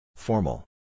Formal